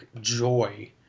joy